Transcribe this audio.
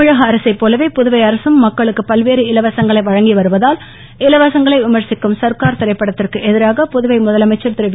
தமிழக அரசைப் போலவே புதுவை அரசும் மக்களுக்கு பல்வேறு இலவசங்களை வழங்கி வருவதால் இலவசங்களை விமர்சிக்கும் சர்கார் திரைப்படத்திற்கு எதிராக புதுவை முதலமைச்சர் திருவி